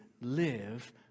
live